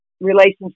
relationship